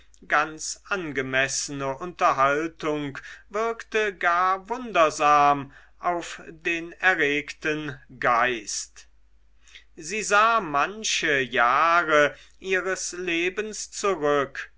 ganz angemessene unterhaltung wirkte gar wundersam auf den erregten geist sie sah manche jahre ihres lebens zurück